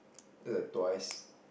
that's like twice